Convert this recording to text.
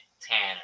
tanner